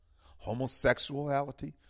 Homosexuality